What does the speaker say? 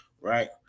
right